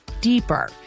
deeper